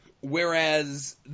Whereas